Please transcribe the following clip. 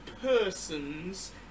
persons